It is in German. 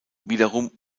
wiederum